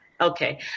Okay